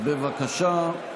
בבקשה.